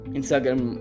Instagram